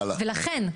ולכן,